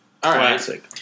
Classic